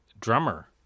drummer